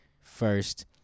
first